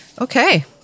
Okay